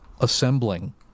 assembling